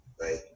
right